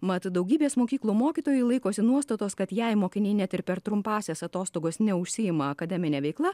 mat daugybės mokyklų mokytojai laikosi nuostatos kad jei mokiniai net ir per trumpąsias atostogas neužsiima akademine veikla